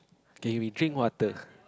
K we drink water